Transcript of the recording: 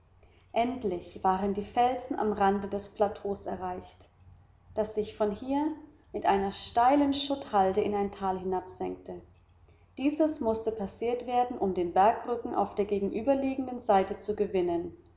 endlich waren die felsen am rande des plateaus erreicht das sich von hier mit einer steilen schutthalde in ein tal hinabsenkte dieses mußte passiert werden um den bergrücken auf der gegenüberliegenden seite zu gewinnen